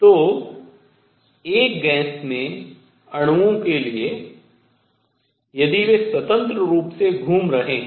तो एक गैस में अणुओं के लिए यदि वे स्वतंत्र रूप से घूम रहें है